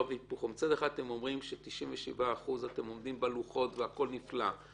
מצד אחד אתם אומרים ש-97% אתם עומדים בלוחות הזמנים והכול נפלא.